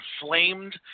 inflamed